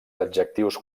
adjectius